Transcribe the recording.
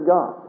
God